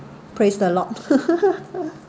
praise the lord